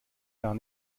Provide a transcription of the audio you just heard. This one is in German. gar